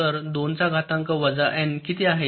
तर २ चा घातांक वजा एन किती आहे